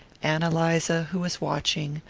ann eliza, who was watching,